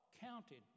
counted